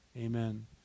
amen